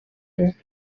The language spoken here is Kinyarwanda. imyaka